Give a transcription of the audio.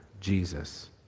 Jesus